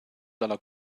dalla